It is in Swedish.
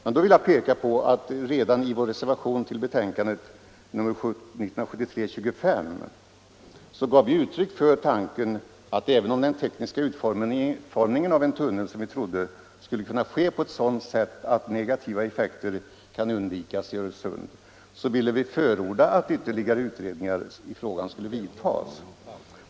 Men då vill jag peka på att vi redan i vår reservation till betänkandet 1973:25 gav uttryck för tanken att även om den tekniska utformningen av en tunnel, som vi trodde, skulle kunna ske på ett sådant sätt att negativa effekter kunde undvikas i Öresund ville vi förorda att ytterligare utredningar i frågan skulle vidtas.